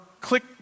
click